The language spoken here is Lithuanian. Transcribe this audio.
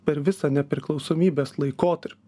per visą nepriklausomybės laikotarpį